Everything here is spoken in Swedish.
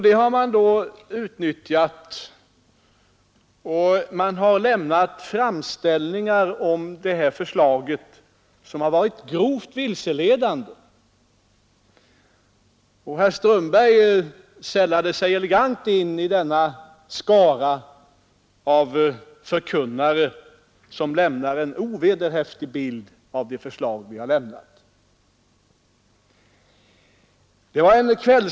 Detta intresse har utnyttjats, och man har gjort uttalanden om detta förslag, vilka varit grovt vilseledande. Herr Strömberg sällade sig elegant till den skara av förkunnare som lämnar en ovederhäftig bild av de förslag vi lämnat.